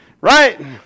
right